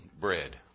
bread